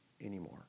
anymore